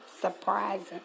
surprising